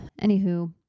anywho